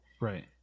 Right